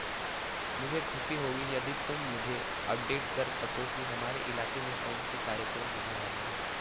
मुझे खुशी होगी यदि तुम मुझे अपडेट कर सको कि हमारे इलाके में कौन से कार्यक्रम होने वाले हैं